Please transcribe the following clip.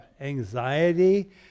anxiety